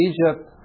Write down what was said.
Egypt